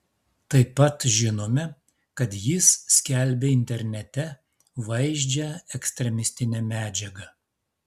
taip pat žinome kad jis skelbė internete vaizdžią ekstremistinę medžiagą